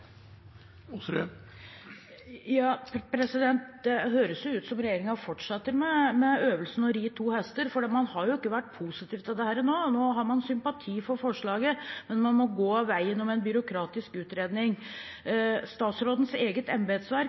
Det høres ut som om regjeringen fortsetter øvelsen med å ri to hester, for man har ikke vært positiv til dette. Nå har man sympati for forslaget, men må gå veien om en byråkratisk utredning. Statsrådens eget embetsverk